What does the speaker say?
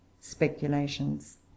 speculations